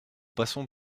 passons